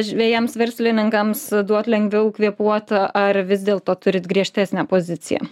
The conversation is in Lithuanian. žvejams verslininkams duot lengviau kvėpuot ar vis dėlto turit griežtesnę poziciją